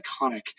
iconic